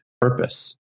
purpose